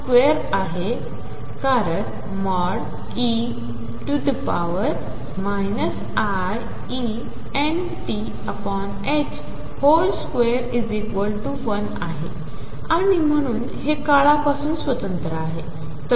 e iEnt21आणिम्हणून हेकाळापासूनस्वतंत्रआहे